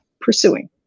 pursuing